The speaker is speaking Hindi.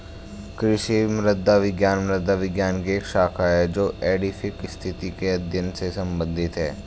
कृषि मृदा विज्ञान मृदा विज्ञान की एक शाखा है जो एडैफिक स्थिति के अध्ययन से संबंधित है